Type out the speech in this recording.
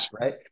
right